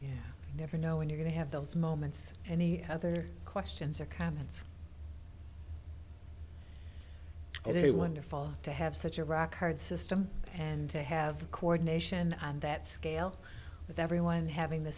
building you never know when you're going to have those moments any other questions or comments it is wonderful to have such a rock hard system and to have coordination on that scale with everyone having the